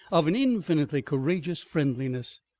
of an infinitely courageous friendliness.